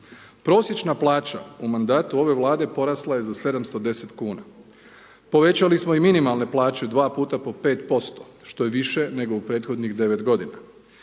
Prosječna plaća u mandatu ove Vlade porasla je za 710 kn. Povećali smo i minimalne plaće 2 puta po 5%, što je više nego u prethodnih 9 g.